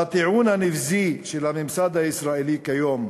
והטיעון הנבזי של הממסד הישראלי כיום,